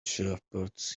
shepherds